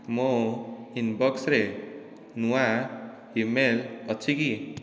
ମୋ ଇନ୍ବକ୍ସରେ ନୂଆ ଇ ମେଲ୍ ଅଛି କି